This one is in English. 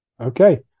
Okay